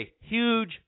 huge